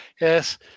yes